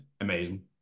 Amazing